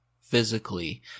physically